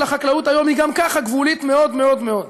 החקלאות היום היא גם ככה גבולית מאוד מאוד מאוד.